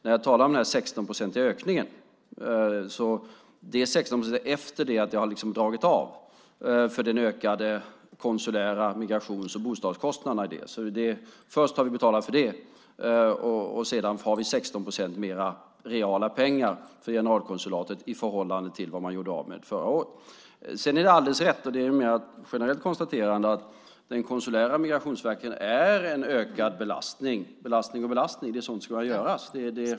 När jag talade om den 16-procentiga ökningen är det 16 procent efter det att det har dragits av för de ökade kostnaderna för konsulär verksamhet, migration och bostäder. Först har vi betalat för det, och sedan har vi 16 procent mer reala pengar för generalkonsulatet i förhållande till vad man gjorde av med förra året. Sedan är det alldeles rätt, och det är ett mer generellt konstaterande, att den konsulära migrationsverksamheten är en belastning. Man kan kalla det för belastning, men det är sådant som ska göras.